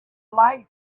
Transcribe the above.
lights